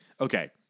Okay